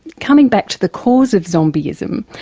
coming back to the cause of zombieism,